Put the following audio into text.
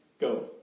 go